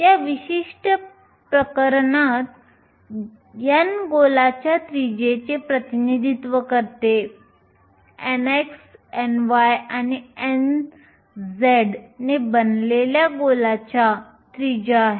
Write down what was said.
या विशिष्ट प्रकरणात n गोलाच्या त्रिज्येचे प्रतिनिधित्व करते nx ny आणि nz ने बनलेल्या गोलाच्या त्रिज्या आहेत